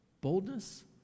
boldness